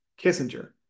Kissinger